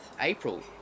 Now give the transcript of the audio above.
April